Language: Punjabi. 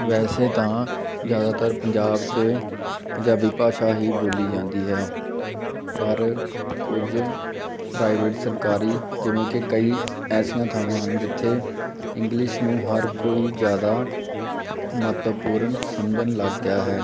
ਵੈਸੇ ਤਾਂ ਜ਼ਿਆਦਾਤਰ ਪੰਜਾਬ 'ਚ ਪੰਜਾਬੀ ਭਾਸ਼ਾ ਹੀ ਬੋਲੀ ਜਾਂਦੀ ਹੈ ਪਰ ਕੁਝ ਪ੍ਰਾਈਵੇਟ ਸਰਕਾਰੀ ਜਿਵੇਂ ਕਿ ਕਈ ਐਸੀਆਂ ਥਾਵਾਂ ਹਨ ਜਿੱਥੇ ਇੰਗਲਿਸ਼ ਨੂੰ ਹਰ ਕੋਈ ਜ਼ਿਆਦਾ ਮਹੱਤਵਪੂਰਨ ਸਮਝਣ ਲੱਗ ਗਿਆ ਹੈ